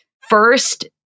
first